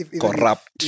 corrupt